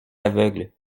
aveugle